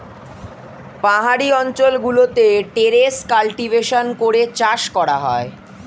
পাহাড়ি অঞ্চল গুলোতে টেরেস কাল্টিভেশন করে চাষ করা হয়